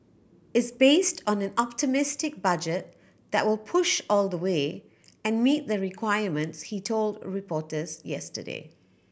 is based on an optimistic budget that will push all the way and meet the requirements he told reporters yesterday